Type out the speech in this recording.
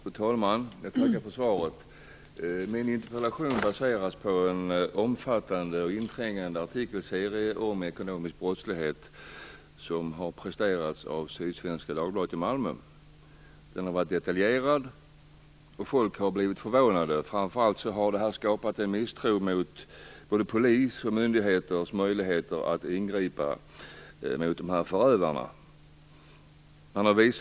Fru talman! Jag tackar för svaret. Min interpellation baseras på en omfattande och inträngande artikelserie om ekonomisk brottslighet i Sydsvenska Dagbladet i Malmö. Den har varit detaljerad, och människor har blivit förvånade. Framför allt har den skapat en misstro mot polisens och andra myndigheters möjligheter att ingripa mot förövarna.